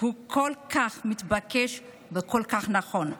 הוא כל כך מתבקש וכל כך נכון.